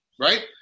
right